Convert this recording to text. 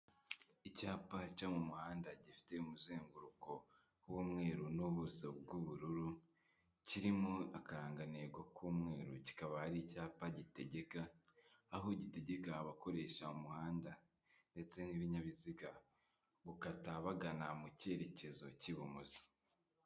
Icyapa cyo mu muhanda gifite umuzenguruko w'umweru n'ubuso bw'ubururu kirimo akarangantego k'umweru. Kikaba ari icyapa gitegeka aho gitegeka abakoresha umuhanda ndetse n'ibinyabiziga gukata bagana mu cyerekezo cy'ibumoso.